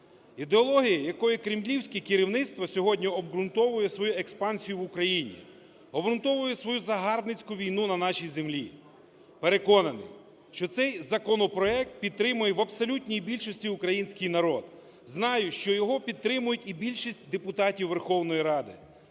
ідеології, якою кремлівські керівництво сьогодні обґрунтовує свою експансію в Україні, обґрунтовує свою загарбницьку війну на нашій землі. Переконаний, що цей законопроект підтримає в абсолютній більшості український народ. Знаю, що його підтримують і більшість депутатів Верховної Ради